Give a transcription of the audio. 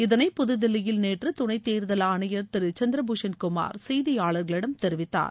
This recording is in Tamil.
இதனை புதுதில்லியில் நேற்று துணைத் தேர்தல் ஆணையர் திரு சந்திர பூஷன் குமார் செய்தியாளர்களிடம் தெரிவித்தார்